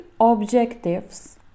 objectives